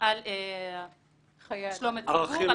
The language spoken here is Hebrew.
על שלום הציבור,